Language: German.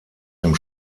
dem